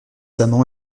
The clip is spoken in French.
amants